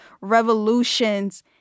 revolutions